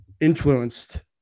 influenced